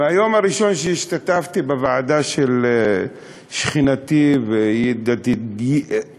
מהיום הראשון שהשתתפתי בוועדה של שכנתי וידידתי